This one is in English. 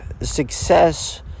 success